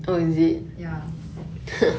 ya